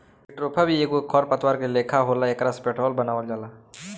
jatropha भी एगो खर पतवार के लेखा होला एकरा से पेट्रोल बनावल जाला